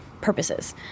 purposes